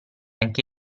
anche